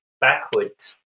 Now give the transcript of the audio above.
backwards